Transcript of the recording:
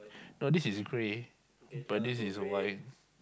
no this is grey but this is white